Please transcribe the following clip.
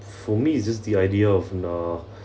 for me it's just the idea of nah